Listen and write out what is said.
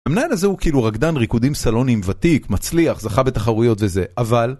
המנהל הזה הוא כאילו רקדן ריקודים סלוניים ותיק, מצליח, זכה בתחרויות וזה, אבל...